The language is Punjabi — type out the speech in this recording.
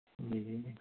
ਜੀ